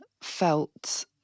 felt